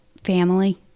Family